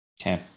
Okay